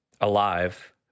alive